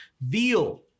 Veal